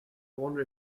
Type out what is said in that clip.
wonder